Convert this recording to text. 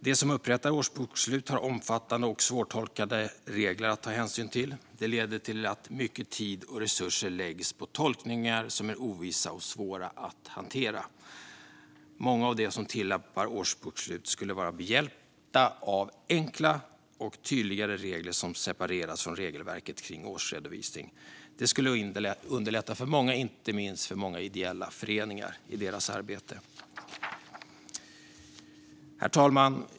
De som upprättar årsbokslut har omfattande och svårtolkade regler att ta hänsyn till. Det leder till att mycket tid och resurser läggs på tolkningar som är ovissa och svåra att hantera. Många av dem som tillämpar årsbokslut skulle vara behjälpta av enklare och tydligare regler som separeras från regelverket för årsredovisningar. Detta skulle underlätta för inte minst många ideella föreningar i deras arbete. Herr talman!